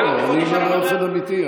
לא, אני אומר באופן אמיתי.